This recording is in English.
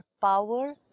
power